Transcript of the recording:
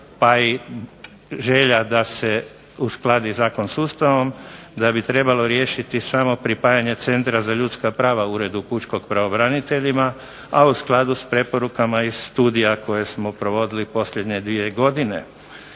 je i želja da se uskladi zakon s Ustavom da bi trebalo riješiti samo pripajanje Centra za ljudska prava Uredu pučkog pravobranitelja, a u skladu s preporukama iz studija koje smo provodili posljednje dvije godine.